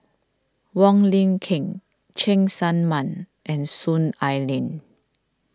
Wong Lin Ken Cheng Tsang Man and Soon Ai Ling